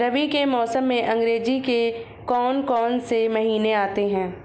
रबी के मौसम में अंग्रेज़ी के कौन कौनसे महीने आते हैं?